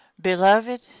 Beloved